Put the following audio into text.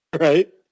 Right